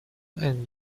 and